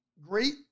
great